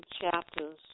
chapters